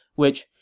which,